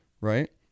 right